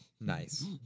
Nice